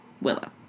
Willow